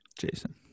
Jason